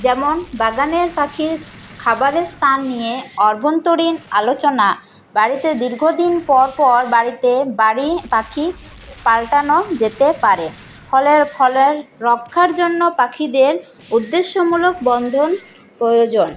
যেমন বাগানের পাখির খাবারের স্থান নিয়ে আভ্যন্তরীণ আলোচনা বাড়িতে দীর্ঘদিন পরপর বাড়িতে বাড়ির পাখি পাল্টানো যেতে পারে ফলে ফলের রক্ষার জন্য পাখিদের উদ্দেশ্যমূলক বন্ধন প্রয়োজন